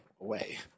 away